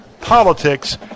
politics